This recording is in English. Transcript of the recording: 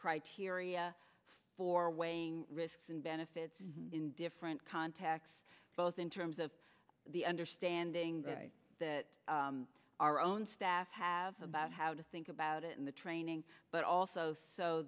criteria for weighing risks and benefits in different contexts both in terms of the understanding that our own staff have about how to think about it in the training but also so